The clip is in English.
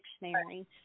dictionary